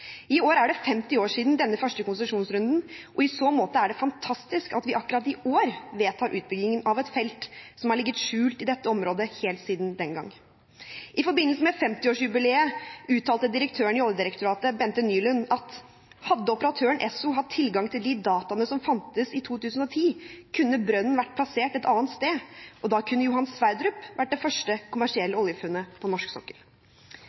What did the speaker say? I år er det 50 år siden denne første konsesjonsrunden, og i så måte er det fantastisk at vi akkurat i år vedtar utbyggingen av et felt som har ligget skjult i dette området helt siden den gang. I forbindelse med 50-årsjubileet uttalte direktøren i Oljedirektoratet, Bente Nyland: «Hadde operatøren Esso hatt tilgang til de dataene som fantes i 2010, kunne brønnen vært plassert et annet sted – og da kunne Johan Sverdrup vært det første kommersielle oljefunnet på norsk sokkel.»